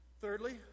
Thirdly